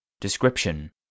Description